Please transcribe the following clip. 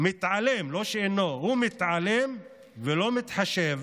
מתעלם, ולא מתחשב